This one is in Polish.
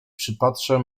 przypatrzę